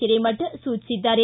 ಹಿರೇಮಠ ಸೂಚಿಸಿದ್ದಾರೆ